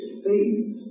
sees